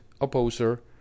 Opposer